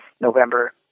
November